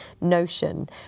notion